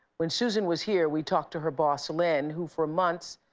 when susan was here, we talked to her boss, lynn, who, for months,